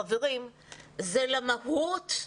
חברים, זה למהות,